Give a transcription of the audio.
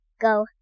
go